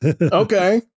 okay